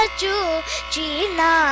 china